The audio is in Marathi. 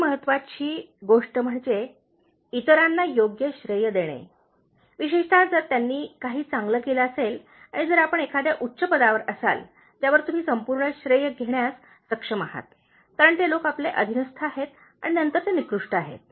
पुढील महत्वाची गोष्ट म्हणजे इतरांना योग्य श्रेय देणे विशेषत जर त्यांनी काही चांगले केले असेल आणि जर आपण एखाद्या उच्च पदावर असाल ज्यावर तुम्ही संपूर्ण श्रेय घेण्यास सक्षम आहात कारण ते लोक आपले अधीनस्थ आहेत आणि नंतर ते निकृष्ट आहेत